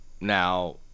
Now